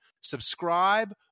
subscribe